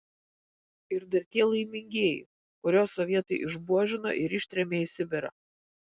ir dar tie laimingieji kuriuos sovietai išbuožino ir ištrėmė į sibirą